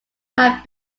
have